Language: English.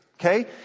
Okay